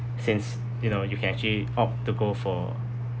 since you know you can actually opt to go for